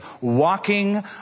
walking